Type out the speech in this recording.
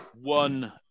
one